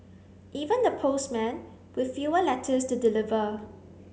even the postmen with fewer letters to deliver